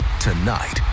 Tonight